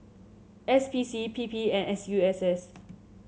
S P C P P and S U S S